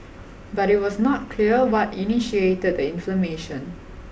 but it was not clear what initiated the inflammation